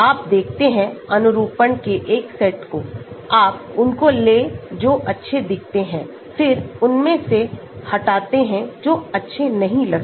आप देखते हैं अनुरूपण के एक सेट को आप उनको ले जो अच्छे दिखते हैं फिर उनमें से हटाते हैं जो अच्छे नहीं लगते